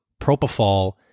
propofol